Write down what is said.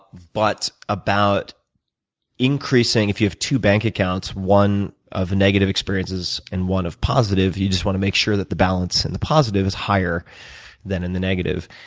but about increasing, if you have two bank accounts one of negative experiences and one of positive, you just want to make sure that the balance in the positive is higher than in the negative.